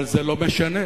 אבל זה לא משנה: